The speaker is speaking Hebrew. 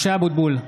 (קורא בשמות חברי הכנסת) משה אבוטבול,